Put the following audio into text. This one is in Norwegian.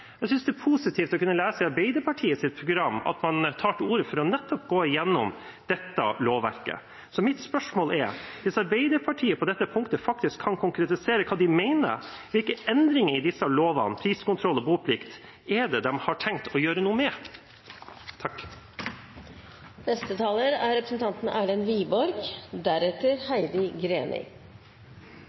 Jeg synes det er positivt å kunne lese i Arbeiderpartiets program at man tar til orde for nettopp å gå igjennom dette lovverket. Så mitt spørsmål er: Hvis Arbeiderpartiet på dette punktet faktisk kan konkretisere hva de mener – hvilke endringer i disse lovene, priskontroll og boplikt, er det de har tenkt å gjøre noe med? Dette har vært en litt spesiell debatt å følge med på, for noe er